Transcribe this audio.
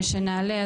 שנעלה,